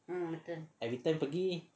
everytime pergi